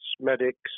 medics